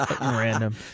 random